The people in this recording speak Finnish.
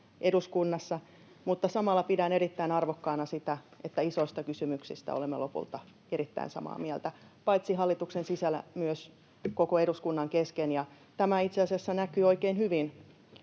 eduskunnassa, mutta samalla pidän erittäin arvokkaana sitä, että isoista kysymyksistä olemme lopulta erittäin samaa mieltä, paitsi hallituksen sisällä myös koko eduskunnan kesken. Tämä itse asiassa näkyy oikein hyvin